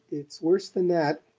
it's worse than that